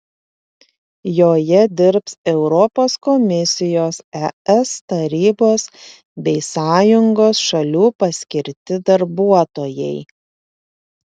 joje dirbs europos komisijos es tarybos bei sąjungos šalių paskirti darbuotojai